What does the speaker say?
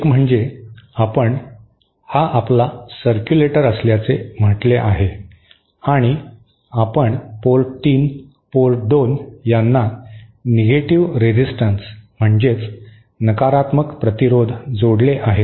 एक म्हणजे आपण हा आपला सरक्यूलेटर असल्याचे म्हटले आहे आणि आपण पोर्ट 3 पोर्ट 2 यांना निगेटिव्ह रेझीस्टन्स म्हणजे नकारात्मक प्रतिरोध जोडले आहे